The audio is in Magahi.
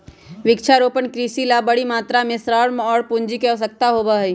वृक्षारोपण कृषि ला बड़ी मात्रा में श्रम और पूंजी के आवश्यकता होबा हई